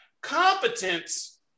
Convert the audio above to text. Competence